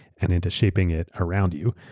and into shaping it around you.